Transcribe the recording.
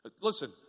Listen